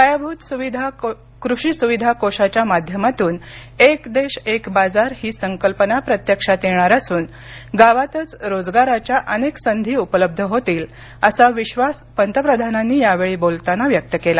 पायाभूत कृषी सुविधा कोषाच्या माध्यमातून एक देश एक बाजार ही संकल्पना प्रत्यक्षात येणार असून गावातच रोजगाराच्या अनेक संधी उपलब्ध होतील असा विश्वास पंतप्रधानांनी यावेळी बोलताना व्यक्त केला